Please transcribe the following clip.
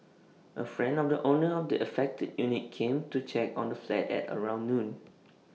A friend of the owner of the affected unit came to check on the flat at around noon